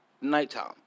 nighttime